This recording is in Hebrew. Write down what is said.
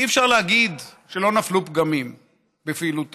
אי-אפשר להגיד שלא נפלו פגמים בפעילותה,